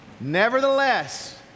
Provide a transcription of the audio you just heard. Nevertheless